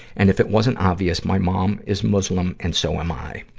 and if it wasn't obvious, my mom is muslim, and so am i.